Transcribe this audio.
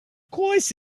course